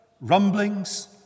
rumblings